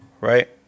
right